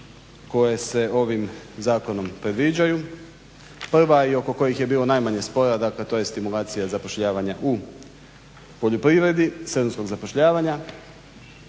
koje se ovim zakonom predviđaju. Prva i oko koje je bilo najmanje spora, to je stimulacija zapošljavanja u poljoprivredi, sezonskog zapošljavanja,